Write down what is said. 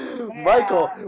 Michael